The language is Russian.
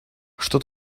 что